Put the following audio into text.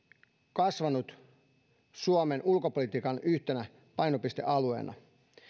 kasvanut suomen ulkopolitiikan yhtenä painopistealueena